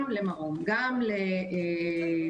גם למרום וגם לפר"ח,